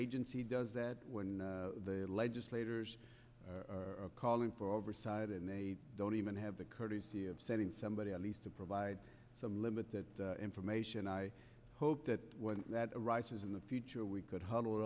agency does that when the legislators are calling for oversight and they don't even have the courtesy of sending somebody at least to provide some limited information i hope that that arises in the future we could huddle